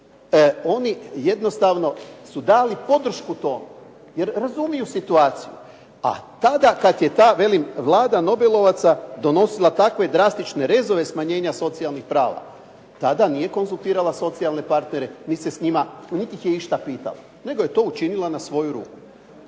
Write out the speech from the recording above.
oni jednostavno su dali podršku tome jer razumiju situaciju. A tada kad je ta, velim Vlada nobelovaca donosila takve drastične rezove smanjenja socijalnih prava, tada nije konzultirala socijalne partnere, niti ih je išta pitala, nego je to učinila na svoju ruku.